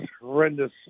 horrendous